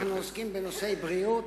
אנחנו עוסקים בנושאי בריאות,